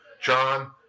John